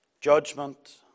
judgment